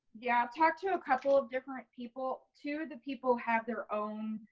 yeah, talked to a couple of different people to the people have their own